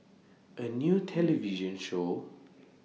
A New television Show